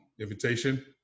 invitation